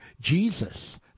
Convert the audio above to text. Jesus